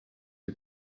who